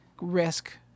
risk